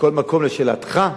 מכל מקום, לשאלתך,